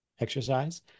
exercise